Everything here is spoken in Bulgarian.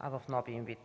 в новия им вид.